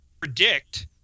predict